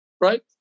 Right